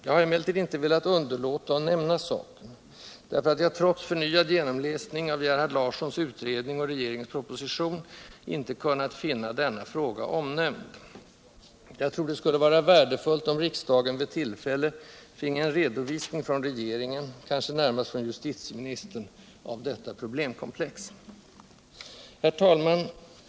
Jag har emellertid inte velat underlåta att nämna saken, därför att jag trots förnyad genomläsning av Gerhard Larssons utredning och regeringens proposition inte kunnat finna denna fråga omnämnd. Jag tror det skulle vara värdefullt om riksdagen vid tillfälle finge en redovisning från regeringen, kanske närmast från justitieministern, av detta problemkomplex. Herr talman!